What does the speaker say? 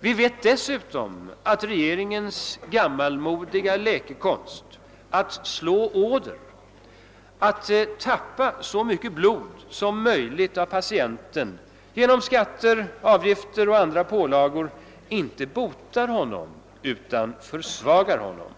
Vi vet dessutom att regeringens gammalmodiga läkekonst, att slå åder, att tappa så mycket blod som möjligt av patienten genom skatter, avgifter och andra pålagor, inte botar patienten utan försvagar honom.